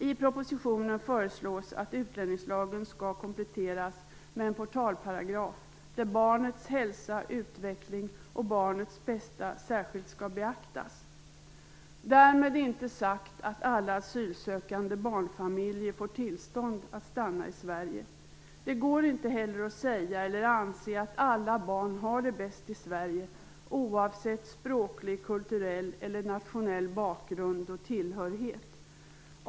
I propositionen föreslås att utlänningslagen skall kompletteras med en portalparagraf där barnets hälsa och utveckling och barnets bästa särskilt skall beaktas. Därmed inte sagt att alla asylsökande barnfamiljer får tillstånd att stanna i Sverige. Det går inte heller att säga eller anse att alla barn har det bäst i Sverige oavsett språklig, kulturell eller nationell bakgrund och tillhörighet.